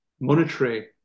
monetary